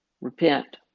repent